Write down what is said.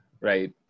right